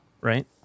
right